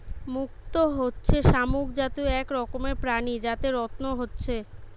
মুক্ত হচ্ছে শামুক জাতীয় এক রকমের প্রাণী যাতে রত্ন হচ্ছে